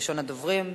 ראשון הדוברים,